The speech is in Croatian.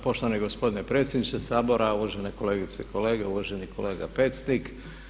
Poštovani gospodine predsjedniče Sabora, uvažene kolegice i kolege, uvaženi Pecnik.